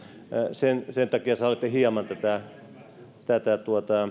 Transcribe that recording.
sen sen takia saatte hieman tätä tätä